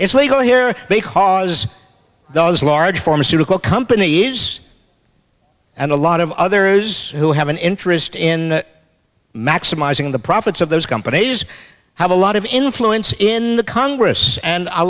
it's legal here because it does large pharmaceutical company is and a lot of others who have an interest in maximising the profits of those companies have a lot of influence in the congress and a